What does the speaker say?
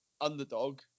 Underdog